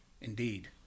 indeed